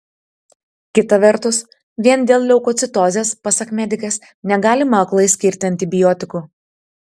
kita vertus vien dėl leukocitozės pasak medikės negalima aklai skirti antibiotikų